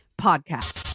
Podcast